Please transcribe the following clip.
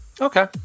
okay